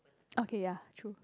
okay ya true